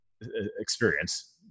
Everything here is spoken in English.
experience